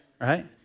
right